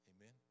Amen